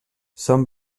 són